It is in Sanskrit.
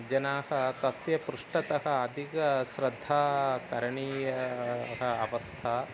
जनाः तस्य पृष्ठतः अधिका श्रद्धा करणीया अवस्था